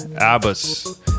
Abbas